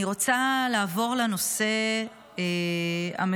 אני רוצה לעבור לנושא המדובר,